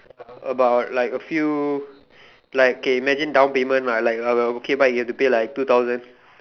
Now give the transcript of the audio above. about like a few like okay imagine down payment lah like uh okay bike you have to like pay two thousand